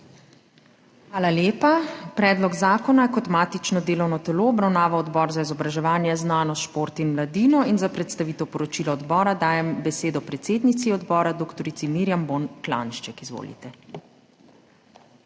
Hvala lepa. Predlog zakona je kot matično delovno telo obravnaval Odbor za izobraževanje, znanost, šport in mladino in za predstavitev poročila odbora dajem besedo predsednici odbora, dr. Mirjam Bon Klanjšček. Izvolite.